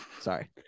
sorry